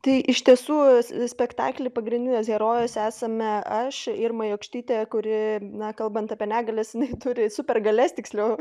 tai iš tiesų spektakly pagrindinės herojės esame aš irma jokštytė kuri na kalbant apie negalias jinai turi supergalias tiksliau